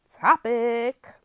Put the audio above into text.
topic